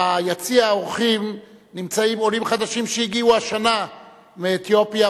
ביציע האורחים נמצאים עולים חדשים שהגיעו השנה מאתיופיה,